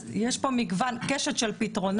אז יש פה מגוון, קשת של פתרונות.